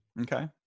Okay